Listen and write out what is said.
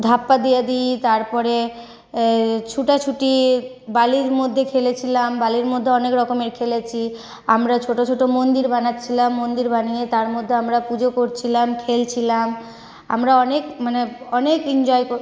ধাপ্পা দেওয়া দি তারপরে ছোটা ছুটি বালির মধ্যে খেলেছিলাম বালির মধ্যে অনেক রকমের খেলেছি আমরা ছোটো ছোটো মন্দির বানাচ্ছিলাম মন্দির বানিয়ে তার মধ্যে আমরা পুজো করছিলাম খেলছিলাম আমরা অনেক মানে অনেক এঞ্জয় কো